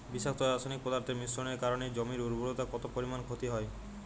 বিষাক্ত রাসায়নিক পদার্থের মিশ্রণের কারণে জমির উর্বরতা কত পরিমাণ ক্ষতি হয়?